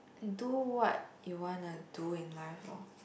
do what you want to do in life loh